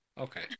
Okay